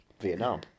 Vietnam